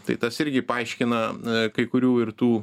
tai tas irgi paaiškina kai kurių ir tų